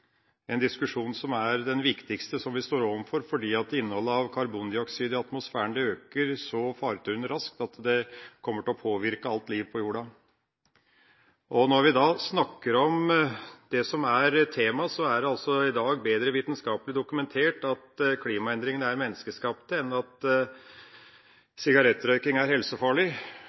en diskusjon som er den viktigste vi står overfor fordi innholdet av karbondioksid i atmosfæren øker så faretruende raskt at det kommer til å påvirke alt liv på jorda. Og når vi snakker om dette temaet, er det altså i dag bedre vitenskapelig dokumentert at klimaendringene er menneskeskapt enn at sigarettrøyking er helsefarlig.